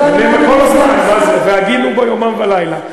כל הזמן, מה זה, והגינו בו יומם ולילה.